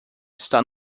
está